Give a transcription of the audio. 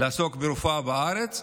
לעסוק ברפואה בארץ,